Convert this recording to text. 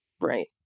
right